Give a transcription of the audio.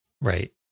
Right